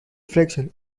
fraction